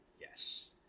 Yes